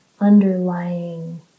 underlying